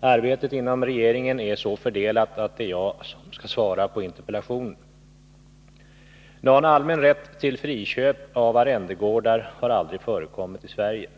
Arbetet inom regeringen är så fördelat att det är jag som skall svara på interpellationen. Någon allmän rätt till friköp av arrendegårdar har aldrig förekommit i Sverige.